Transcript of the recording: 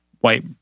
white